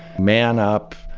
man up,